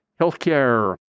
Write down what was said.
healthcare